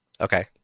Okay